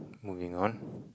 moving on